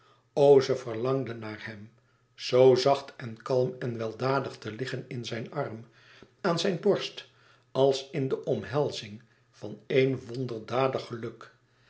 ze verlangde naar hem zoo zacht en kalm en weldadig te liggen in zijn arm aan zijn borst als in de omhelzing van éen wonderdadig geluk